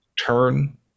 turn